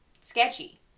sketchy